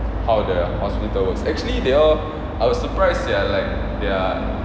how the hospital works actually they all I was surprised sia like their